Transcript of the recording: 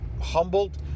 humbled